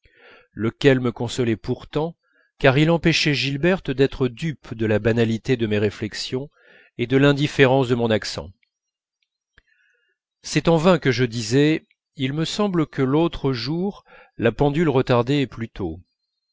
lequel me consolait pourtant car il empêchait gilberte d'être dupe de la banalité de mes réflexions et de l'indifférence de mon accent c'est en vain que je disais il me semble que l'autre jour la pendule retardait plutôt